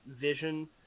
vision